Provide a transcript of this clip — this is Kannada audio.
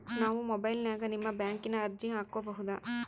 ನಾವು ಮೊಬೈಲಿನ್ಯಾಗ ನಿಮ್ಮ ಬ್ಯಾಂಕಿನ ಅರ್ಜಿ ಹಾಕೊಬಹುದಾ?